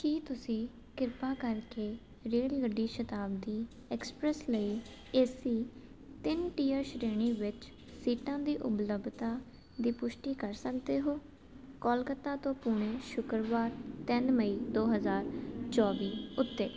ਕੀ ਤੁਸੀਂ ਕਿਰਪਾ ਕਰਕੇ ਰੇਲਗੱਡੀ ਸ਼ਤਾਬਦੀ ਐਕਸਪ੍ਰੈਸ ਲਈ ਏਸੀ ਤਿੰਨ ਟੀਆਰ ਸ਼੍ਰੇਣੀ ਵਿੱਚ ਸੀਟਾਂ ਦੀ ਉਪਲੱਬਧਤਾ ਦੀ ਪੁਸ਼ਟੀ ਕਰ ਸਕਦੇ ਹੋ ਕੋਲਕਾਤਾ ਤੋਂ ਪੁਣੇ ਸ਼ੁੱਕਰਵਾਰ ਤਿੰਨ ਮਈ ਦੋ ਹਜ਼ਾਰ ਚੋਵੀ ਉੱਤੇ